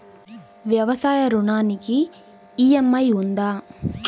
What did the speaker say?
వ్యవసాయ ఋణానికి ఈ.ఎం.ఐ ఉందా?